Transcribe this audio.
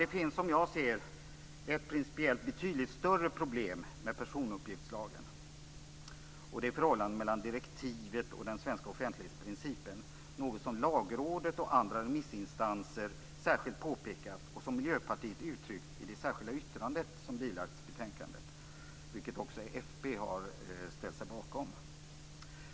Det finns, som jag ser det, ett betydligt större problem med personuppgiftslagen. Det gäller förhållandet mellan direktivet och den svenska offentlighetsprincipen - något som Lagrådet och andra remissinstanser särskilt påpekat och som Miljöpartiet uttryckt i det särskilda yttrande som bilagts betänkandet, vilket också fp har ställt sig bakom.